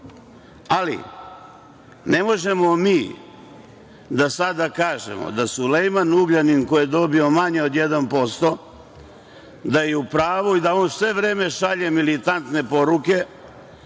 ali ne možemo mi da sada kažemo da Sujelman Ugljanin, koji je dobio manje od 1%, da je u pravu i da on sve vreme šalje militantne poruke,